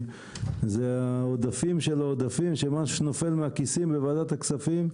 חשוב לי להיות גם בדיון בוועדת הכספים.